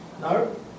No